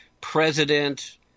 president